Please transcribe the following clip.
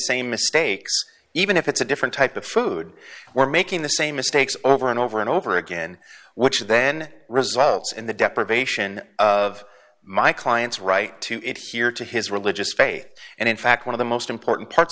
same mistakes even if it's a different type of food we're making the same mistakes over and over and over again which then results in the deprivation of my clients right to it here to his religious faith and in fact one of the most important parts